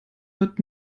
wird